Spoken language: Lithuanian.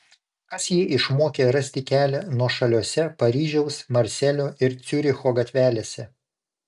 kas jį išmokė rasti kelią nuošaliose paryžiaus marselio ir ciuricho gatvelėse